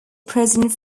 president